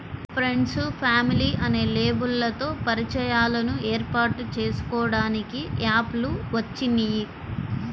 friends, family అనే లేబుల్లతో పరిచయాలను ఏర్పాటు చేసుకోడానికి యాప్ లు వచ్చినియ్యి